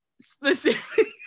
specific